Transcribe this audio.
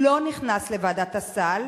לא נכנס לסל.